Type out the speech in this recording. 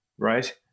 right